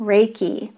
Reiki